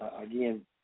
Again